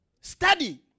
Study